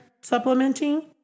supplementing